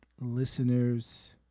listeners